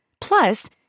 Plus